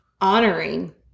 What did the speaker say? honoring